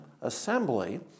Assembly